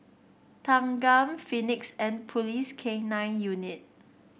Thanggam Phoenix and Police K Nine Unit